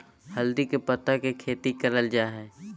हल्दी के पत्ता के खेती करल जा हई